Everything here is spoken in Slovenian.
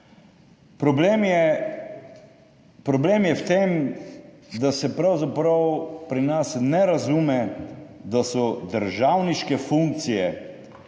problem je v tem, da se pravzaprav pri nas ne razume, da so državniške funkcije